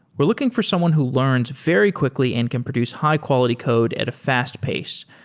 we're looking for someone who learns very quickly and can produce high-quality code at a fast pace.